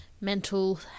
mental